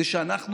כדי שאנחנו,